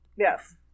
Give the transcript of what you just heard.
Yes